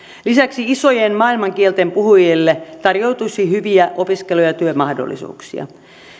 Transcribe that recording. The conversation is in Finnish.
lisäksi isojen maailmankielten puhujille tarjoutuisi hyviä opiskelu ja ja työmahdollisuuksia